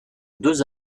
deux